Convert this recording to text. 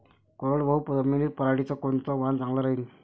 कोरडवाहू जमीनीत पऱ्हाटीचं कोनतं वान चांगलं रायीन?